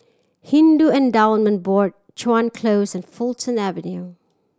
Hindu Endowment Board Chuan Close and Fulton Avenue